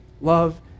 love